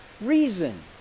reason